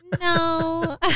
no